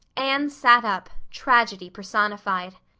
anne sat up, tragedy personified.